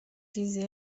چیزی